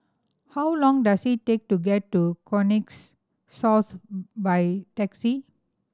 how long does it take to get to Connexis South by taxi